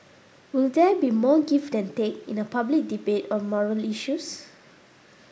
will there be more give than take in a public debate on moral issues